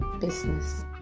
business